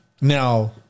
Now